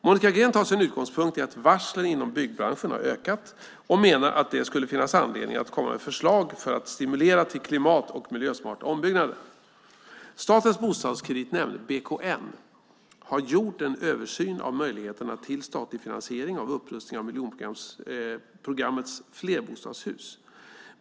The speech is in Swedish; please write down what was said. Monica Green tar sin utgångspunkt i att varslen inom byggbranschen har ökat och menar att det skulle finnas anledning att komma med förslag för att stimulera till klimat och miljösmarta ombyggnader. Statens bostadskreditnämnd, BKN, har gjort en översyn av möjligheterna till statlig finansiering av upprustning av miljonprogrammets flerbostadshus.